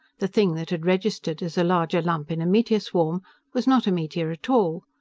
the thing that had registered as a larger lump in a meteor-swarm was not a meteor at all.